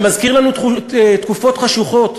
זה מזכיר לנו תקופות חשוכות.